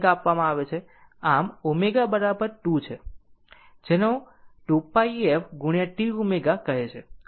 આમ ω બરાબર 2 છે જેને 2πf ગુણ્યા t ω કહે છે ω એ 2πf ની બરાબર છે